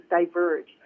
diverge